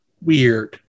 weird